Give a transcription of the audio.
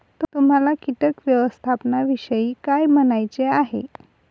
तुम्हाला किटक व्यवस्थापनाविषयी काय म्हणायचे आहे?